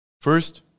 First